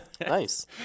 nice